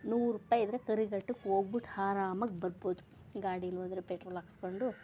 ನೂರು ರುಪಾಯಿ ಇದ್ರೆ ಕರಿಘಟ್ಟಕ್ ಹೋಗ್ಬಿಟ್ ಆರಾಮಗ್ ಬರ್ಬೋದು ಗಾಡೀಲಿ ಹೋದ್ರೆ ಪೆಟ್ರೋಲ್ ಹಾಕ್ಸ್ಕೊಂಡು